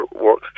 work